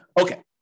Okay